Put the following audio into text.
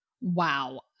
Wow